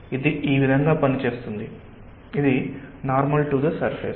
ఇది ఈ విధంగా పనిచేస్తుంది ఇది నార్మల్ టు సర్ఫేస్